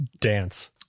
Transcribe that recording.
dance